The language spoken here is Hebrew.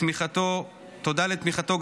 תודה על תמיכתו,